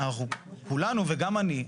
כולנו וגם אני,